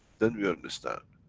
then we understand.